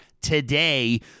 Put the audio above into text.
today